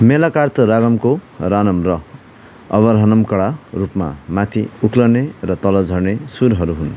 मेलाकार्त रागमको राणम र अवरहानम कडा रूपमा माथि उक्लने र तल झर्ने सुरहरू हुन्